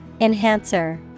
Enhancer